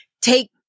take